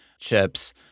chips